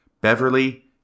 Beverly